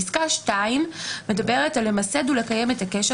פסקה (2) מדברת על למסד ולקיים את הקשר